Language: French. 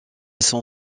son